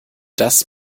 das